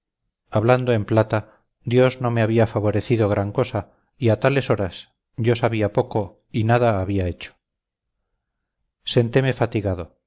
hablando en plata dios no me había favorecido gran cosa y a tales horas poco sabía yo y nada había hecho senteme fatigado